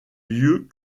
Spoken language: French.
lieux